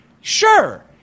sure